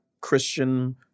Christian